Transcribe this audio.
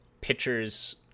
pitchers